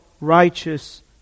righteous